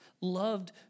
Loved